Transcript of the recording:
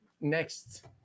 next